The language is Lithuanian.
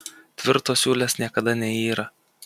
tvirtos siūlės niekada neyra